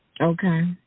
Okay